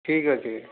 ଠିକ୍ ଅଛି